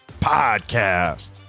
podcast